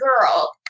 girl